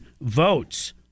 votes